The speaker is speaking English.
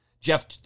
Jeff